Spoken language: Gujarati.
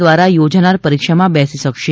દ્વારા યોજાનાર પરીક્ષામાં બેસી શકશે